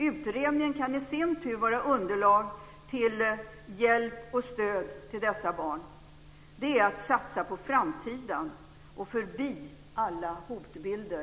Utredningen kan i sin tur vara underlag till hjälp och stöd till dessa barn. Detta, fru talman, är att satsa på framtiden, förbi alla hotbilder.